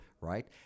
right